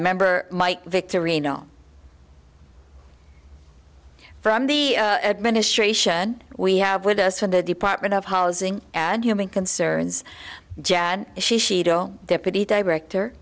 member mike vick to reno from the administration we have with us from the department of housing and human concerns jad sheetal deputy director